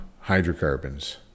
hydrocarbons